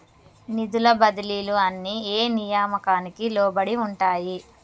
నిధుల బదిలీలు అన్ని ఏ నియామకానికి లోబడి ఉంటాయి?